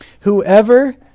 Whoever